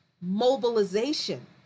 mobilization